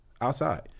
outside